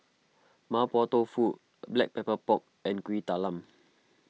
Mapo Tofu Black Pepper Pork and Kuih Talam